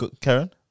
Karen